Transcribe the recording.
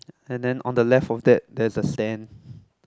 and then on the left of that there's a stand